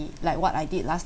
like what I did last